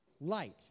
Light